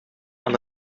aan